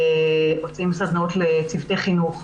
עושים סדנאות לצוותי חינוך.